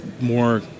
more